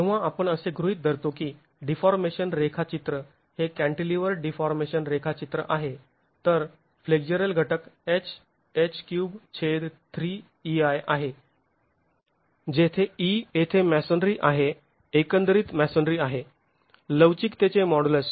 जेव्हा आपण असे गृहीत धरतो की डीफाॅर्मेशन रेखाचित्र हे कॅंटिलिवर्ड डीफॉर्मेशन रेखाचित्र आहे तर फ्लेक्झरल घटक Hh33EI आहे जेथे E येथे मॅसोनरी आहे एकंदरीत मॅसोनरी आहे लवचिकतेचे मॉडुलस